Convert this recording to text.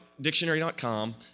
dictionary.com